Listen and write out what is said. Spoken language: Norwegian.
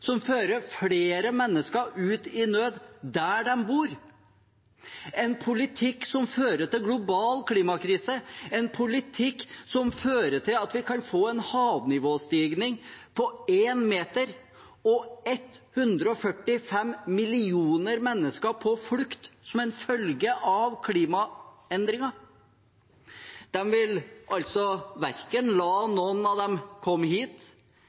som fører flere mennesker ut i nød der de bor – en politikk som fører til global klimakrise, en politikk som fører til at vi kan få en havnivåstigning på én meter og 145 millioner mennesker på flukt som en følge av klimaendringer? De vil altså verken la noen av dem komme hit